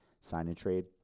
sign-and-trade